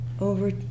over